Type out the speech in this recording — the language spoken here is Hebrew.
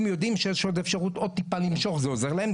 אם יודעים שיש עוד אפשרות עוד טיפה למשוך זה עוזר להם.